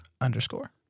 underscore